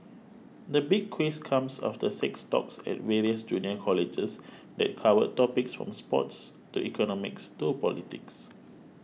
the Big Quiz comes after six talks at various junior colleges that covered topics from sports to economics to politics